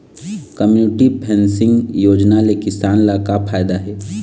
Community facing योजना ले किसान ल का फायदा हे?